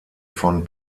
von